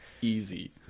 easy